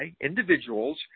individuals